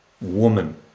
woman